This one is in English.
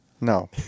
No